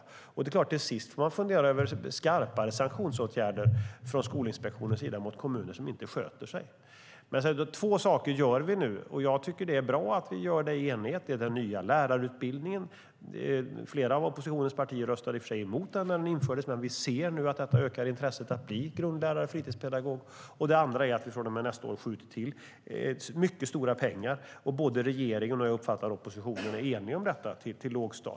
Det är klart att man till sist får fundera över skarpare sanktionsåtgärder från Skolinspektionens sida mot kommuner som inte sköter sig. Det är två saker vi gör nu och som jag tycker att det är bra att vi gör i enighet. Det ena är den nya lärarutbildningen. Flera av oppositionens partier röstade i och för sig emot den när den infördes. Men vi ser nu att detta ökar intresset för att bli grundlärare och fritidspedagog. Det andra är att vi från och med nästa år skjuter till mycket stora pengar till lågstadiet. Regeringen och, uppfattar jag, oppositionen är enig om detta.